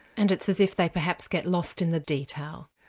and it's as if they perhaps get lost in the detail.